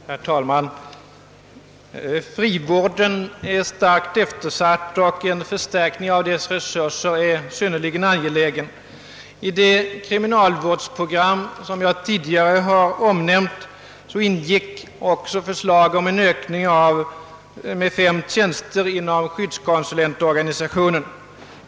Herr talman! Frivården är starkt eftersatt, och en förstärkning av dess resurser är synnerligen angelägen. I det kriminalvårdsprogram som jag tidigare har omnämnt ingår också förslag om en utökning med fem tjänster inom skyddskonsulentorganisationen.